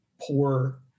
poor